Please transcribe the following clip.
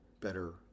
better